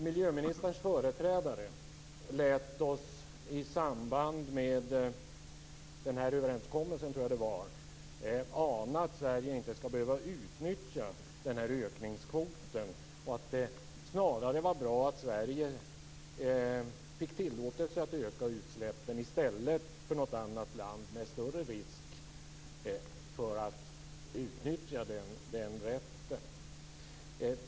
Miljöministerns företrädare lät oss i samband med denna överenskommelse, tror jag det var, ana att Sverige inte ska behöva utnyttja denna ökningskvot. Det skulle alltså snarare ha varit bra att Sverige i stället för något annat land med större risk för att utnyttja den här rätten fick tillåtelse att öka utsläppen.